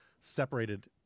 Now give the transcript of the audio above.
separated